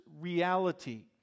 reality